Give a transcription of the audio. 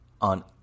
on